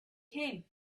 came